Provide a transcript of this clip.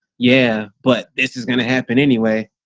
yeah, but this is going to happen anyway.